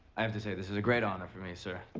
i have to say this is a great honor for me, sir.